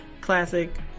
classic